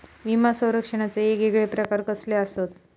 विमा सौरक्षणाचे येगयेगळे प्रकार कसले आसत?